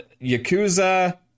yakuza